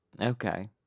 Okay